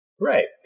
Right